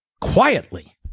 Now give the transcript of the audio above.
quietly